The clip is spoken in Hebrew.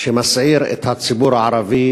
שמסעיר את הציבור הערבי